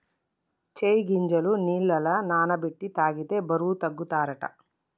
చై గింజలు నీళ్లల నాన బెట్టి తాగితే బరువు తగ్గుతారట